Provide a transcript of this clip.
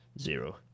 zero